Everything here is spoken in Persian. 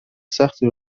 سختی